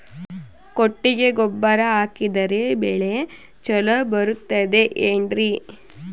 ಕೊಟ್ಟಿಗೆ ಗೊಬ್ಬರ ಹಾಕಿದರೆ ಬೆಳೆ ಚೊಲೊ ಬರುತ್ತದೆ ಏನ್ರಿ?